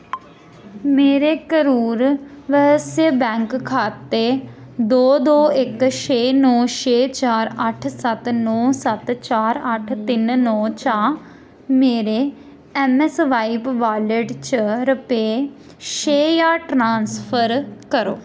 मेरे करूर वैस्य बैंक खाते दो दो इक छे नौ छे चार अट्ठ सत्त नौ सत्त चार अट्ठ तिन नौ चा मेरे ऐम्मस्वाइप वालेट च रपे छे ज्हार ट्रांसफर करो